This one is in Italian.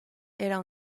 era